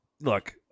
look